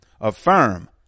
Affirm